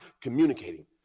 communicating